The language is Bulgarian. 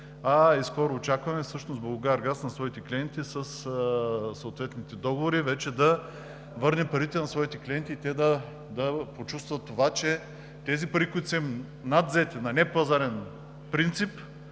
Скоро очакваме всъщност Булгаргаз на своите клиенти със съответните договори да върне парите и те да почувстват това, че тези пари, които са им надвзети на непазарен принцип,